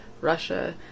Russia